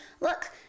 look